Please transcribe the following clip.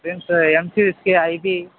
drinks M C whiskey I B